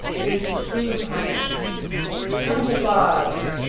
his supreme highness santa claus!